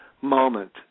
moment